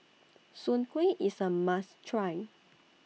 Soon Kueh IS A must Try